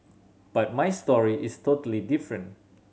but my story is totally different